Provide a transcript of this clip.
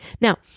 Now